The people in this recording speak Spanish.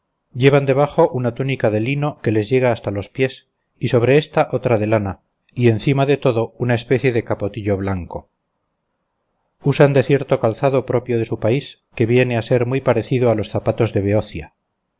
llevan debajo una túnica de lino que les llega hasta los pies y sobre esta otra de lana y encima de todo una especie de capotillo blanco usan de cierto calzado propio de su país que viene a ser muy parecido a los zapatos de beocia